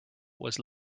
was